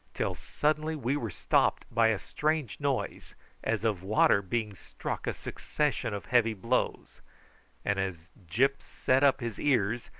till suddenly we were stopped by a strange noise as of water being struck a succession of heavy blows and as gyp set up his ears,